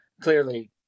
clearly